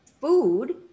food